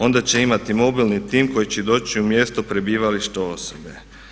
Onda će imati mobilni tim koji će doći u mjesto prebivališta osobe.